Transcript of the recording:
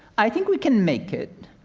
i think we can make it,